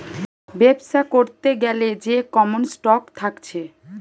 বেবসা করতে গ্যালে যে কমন স্টক থাকছে